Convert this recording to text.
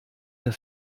der